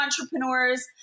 entrepreneurs